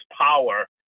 power